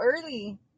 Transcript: early